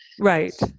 Right